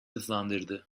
hızlandırdı